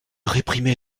réprimer